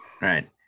Right